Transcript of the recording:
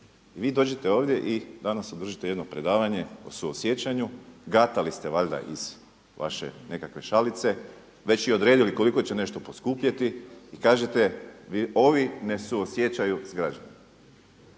Vi dođete ovdje i danas održite jedno predavanje o suosjećanju, gatali ste valjda iz vaše nekakve šalice, već i odredili koliko će nešto poskupjeti i kažete ovi ne suosjećaju sa građanima.